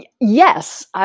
Yes